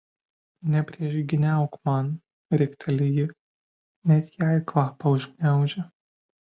nepriešgyniauk man rikteli ji net jai kvapą užgniaužia